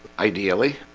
ideally